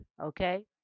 Okay